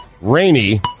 rainy